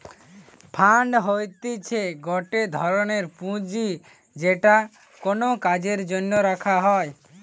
fund হতিছে গটে ধরনের পুঁজি যেটা কোনো কাজের জন্য রাখা হই